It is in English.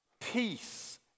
peace